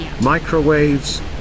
microwaves